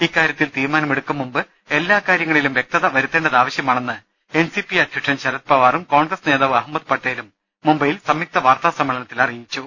ഇക്കാ ര്യത്തിൽ തീരുമാനമെടുക്കുംമുമ്പ് എല്ലാ കാര്യങ്ങളിലും വ്യക്തത വരുത്തേണ്ടത് ആവശ്യമാണെന്ന് എൻ സി പി അധ്യക്ഷൻ ശരത് പവാറും കോൺഗ്രസ് നേതാവ് അഹമ്മദ് പട്ടേലും മുംബൈയിൽ സംയുക്ത വാർത്താ സമ്മേളനത്തിൽ അറിയി ച്ചു